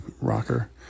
rocker